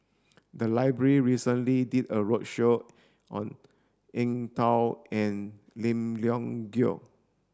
the library recently did a roadshow on Eng Tow and Lim Leong Geok